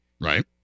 Right